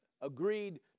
agreed